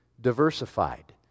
diversified